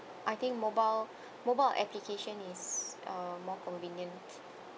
I think mobile mobile application is uh more convenient